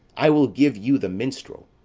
i will give you the minstrel.